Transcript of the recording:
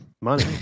money